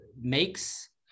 makes